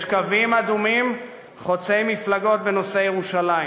יש קווים אדומים חוצי מפלגות בנושא ירושלים.